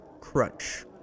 Crunch